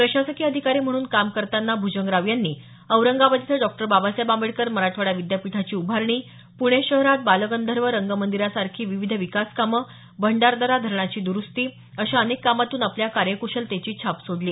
प्रशासकीय अधिकारी म्हणून काम करताना भुजंगराव यांनी औरंगाबाद इथं डॉ बाबासाहेब आंबेडकर मराठवाडा विद्यापीठाची उभारणी पुणे शहरात बालगंधर्व रंगमंदिरासारखी विविध विकासकामं भंडारदरा धरणाची द्रुस्ती अशा अनेक कामांतून आपल्या कार्यक्शलतेची छाप सोडली